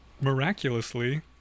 miraculously